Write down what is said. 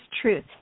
truth